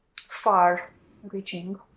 far-reaching